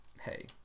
Hey